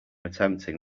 attempting